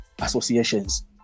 associations